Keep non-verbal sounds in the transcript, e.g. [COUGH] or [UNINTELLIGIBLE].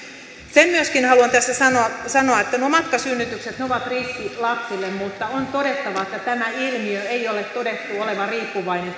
sen myöskin haluan tässä sanoa sanoa että matkasynnytykset ovat riski lapsille mutta on todettava että tämän ilmiön ei ole todettu olevan riippuvainen [UNINTELLIGIBLE]